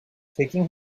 taking